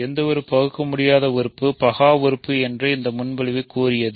எந்தவொரு பகுக்கமுடியாதது உறுப்பு பகா உறுப்பு என்று இந்த முன்மொழிவு கூறியது